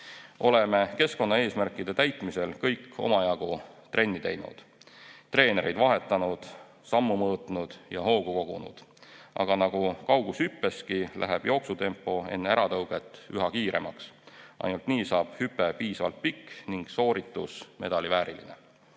Oleme keskkonnaeesmärkide täitmisel kõik omajagu trenni teinud, treenereid vahetanud, sammu mõõtnud ja hoogu kogunud. Aga nagu kaugushüppeski, läheb jooksutempo enne äratõuget üha kiiremaks. Ainult nii saab hüpe piisavalt pikk ning sooritus medali vääriline.